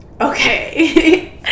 okay